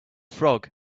frog